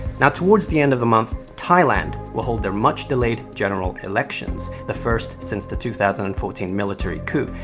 now, towards the end of the month, thailand will hold their much-delayed general elections, the first since the two thousand and fourteen military coup.